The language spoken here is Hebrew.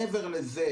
מעבר לזה,